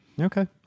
okay